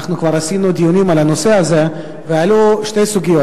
אנחנו כבר קיימנו דיונים על הנושא הזה ועלו שתי סוגיות.